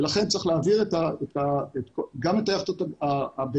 לכן צריך להעביר גם את היכטות הבינוניות.